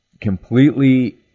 completely